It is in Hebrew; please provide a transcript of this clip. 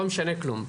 לא משנה כלום.